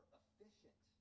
efficient